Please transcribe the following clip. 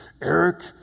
Eric